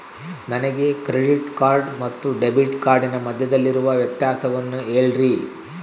ನನಗೆ credit card ಮತ್ತು debit ಕಾರ್ಡಿನ ಮಧ್ಯದಲ್ಲಿರುವ ವ್ಯತ್ಯಾಸವನ್ನು ಹೇಳ್ರಿ?